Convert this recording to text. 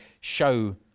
show